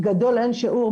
גדול לאין שיעור,